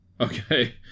okay